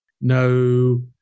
no